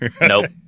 Nope